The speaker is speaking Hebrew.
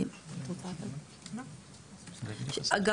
גם,